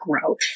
growth